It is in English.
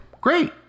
Great